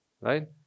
right